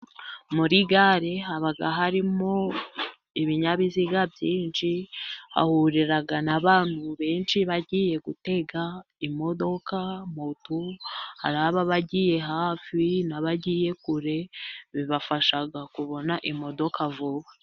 Muri gare haba harimo ibinyabiziga byinshi, hahurira n'abantu benshi bagiye gutega imodoka, motu, haba abagiye hafi n'abagiye kure, bibafasha kubona imodoka vuba.